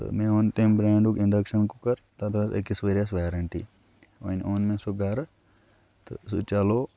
تہٕ مےٚ اوٚن تمہِ برٛینٛڈُک اِنٛڈَکشَن کُکَر تَتھ ٲس أکِس ؤرِیَس ویرَنٹی وۄنۍ اوٚن مےٚ سُہ گَرٕ تہٕ سُہ چَلو